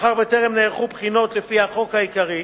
מאחר שטרם נערכו בחינות לפי החוק העיקרי,